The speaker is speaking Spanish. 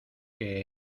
que